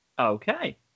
Okay